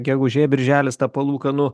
gegužė birželis palūkanų